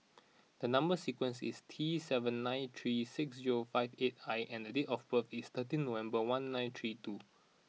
the number sequence is T seven nine three six zero five eight I and the date of birth is thirteen October one nine three two